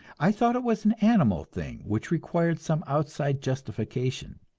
i thought it was an animal thing which required some outside justification.